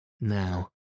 Now